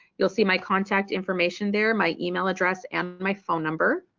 you'll see my contact information there, my email address and my phone number.